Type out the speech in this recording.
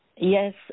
yes